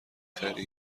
خری